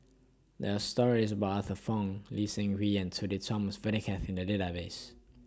There Are stories about Arthur Fong Lee Seng Wee and Sudhir Thomas Vadaketh in The Database